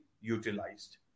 utilized